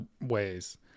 ways